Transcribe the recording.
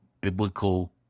biblical